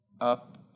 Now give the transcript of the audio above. Up